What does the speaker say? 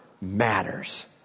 matters